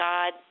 God